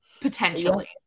potentially